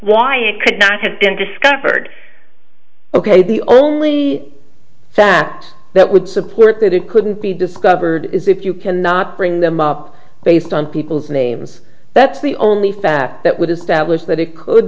why it could not have been discovered ok the only fact that would support that it couldn't be discovered is if you can not bring them up based on people's names that's the only fact that would establish that it could